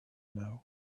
know